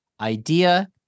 idea